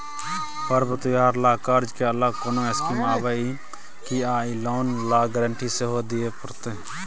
पर्व त्योहार ल कर्ज के अलग कोनो स्कीम आबै इ की आ इ लोन ल गारंटी सेहो दिए परतै?